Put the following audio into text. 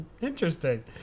Interesting